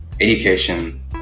education